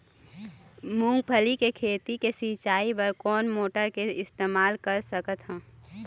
मूंगफली के खेती के सिचाई बर कोन मोटर के इस्तेमाल कर सकत ह?